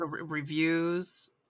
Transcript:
reviews